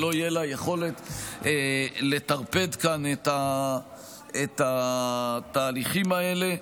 ולא תהיה לה יכולת לטרפד כאן את התהליכים האלה.